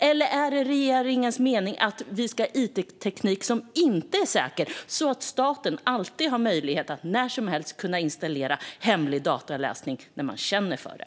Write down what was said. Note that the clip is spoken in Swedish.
Eller är det regeringens mening att vi ska ha it som inte är säker, så att staten alltid har möjlighet att när som helst installera hemlig dataläsning när man känner för det?